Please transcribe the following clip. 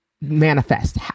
manifest